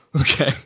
Okay